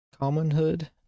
Commonhood